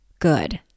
good